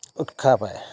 উৎসাহ পায়